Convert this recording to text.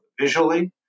visually